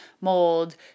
mold